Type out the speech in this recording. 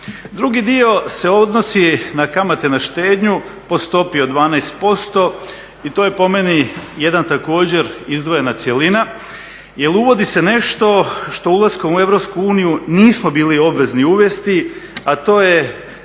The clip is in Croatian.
Drugi dio se odnosi na kamate na štednju po stopi od 12% i to je po meni jedna također izdvojena cjelina jer uvodi se nešto što ulaskom u EU nismo bili obvezni uvesti, a to je